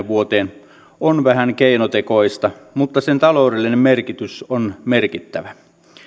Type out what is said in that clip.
vuoteen on vähän keinotekoista mutta sen taloudellinen merkitys on merkittävä